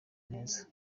neza